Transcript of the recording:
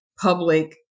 public